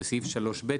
בסעיף 3(ב),